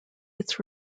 its